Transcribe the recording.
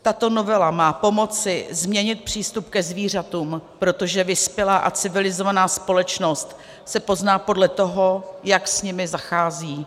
Tato novela má pomoci změnit přístup ke zvířatům, protože vyspělá a civilizovaná společnost se pozná podle toho, jak s nimi zachází.